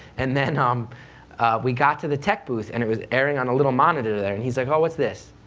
and then um we got to the tech booth, and it was airing on a little monitor there, and he was like oh, what's this?